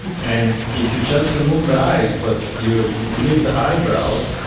and if you just remove the eyes but you leave the eyebrows,